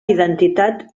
identitat